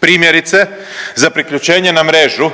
Primjerice, za priključenje na mrežu,